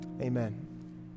amen